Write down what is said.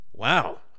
Wow